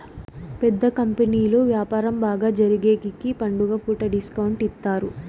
పెద్ద కంపెనీలు వ్యాపారం బాగా జరిగేగికి పండుగ పూట డిస్కౌంట్ ఇత్తారు